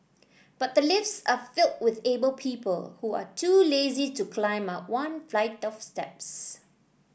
but the lifts are filled with able people who are too lazy to climb up one flight of steps